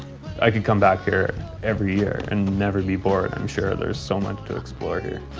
i could come back here every year and never be bored i'm sure there's so much to explore here.